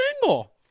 single